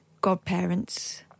godparents